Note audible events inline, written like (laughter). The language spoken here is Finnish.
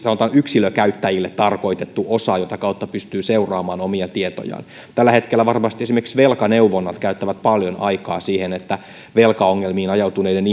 yksilökäyttäjille tarkoitettu osa jota kautta pystyy seuraamaan omia tietojaan tällä hetkellä varmasti esimerkiksi velkaneuvonnat käyttävät paljon aikaa siihen että velkaongelmiin ajautuneiden (unintelligible)